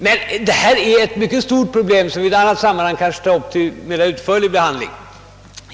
Men detta är ett mycket stort problem, som vi i annat sammanhang kan ta upp till mer utförlig behandling.